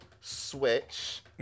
Switch